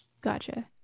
Gotcha